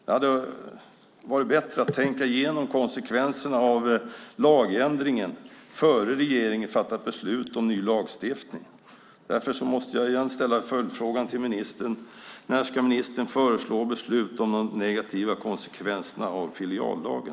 Det hade varit bättre att tänka igenom konsekvenserna av lagändringen innan regeringen fattat beslut om ny lagstiftning. Därför måste jag igen ställa följdfrågan till ministern: När ska ministern föreslå beslut om de negativa konsekvenserna av filiallagen?